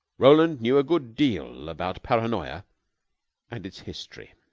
roland knew a good deal about paranoya and its history.